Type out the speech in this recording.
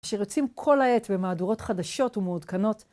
אשר יוצאים כל העת במהדורות חדשות ומעודכנות.